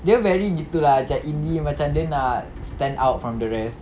dia very gitu lah macam indie macam dia nak stand out from the rest